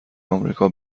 آمریکا